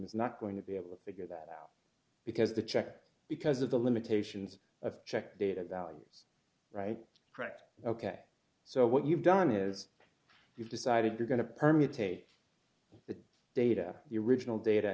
is not going to be able to figure that out because the check because of the limitations of checked data values right correct ok so what you've done is you've decided they're going to permutate the data the original data